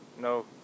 No